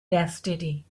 destiny